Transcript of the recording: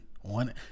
one